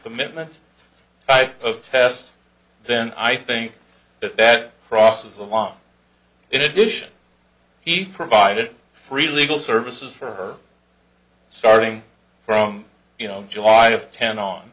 commitment type of test then i think that that crosses a line in addition he provided free legal services for starting from you know july of ten on